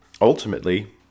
ultimately